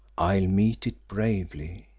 i'll meet it bravely.